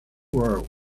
world